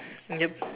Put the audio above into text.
yup